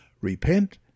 Repent